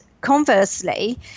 conversely